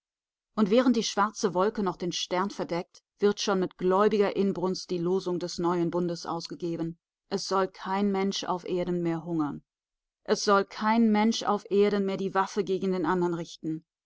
und während die schwarze wolke noch den stern verdeckt wird schon mit gläubiger inbrunst die losung des neuen bundes ausgegeben es soll kein mensch auf erden mehr hungern es soll kein mensch auf erden mehr die waffe gegen den andern richten